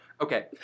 Okay